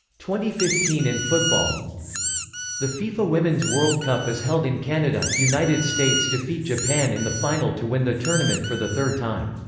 fifteen in football the fifa women's world cup is held in canada, united states defeat japan in the final to win the tournament for the third time.